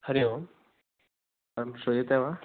हरि ओम् श्रूयते वा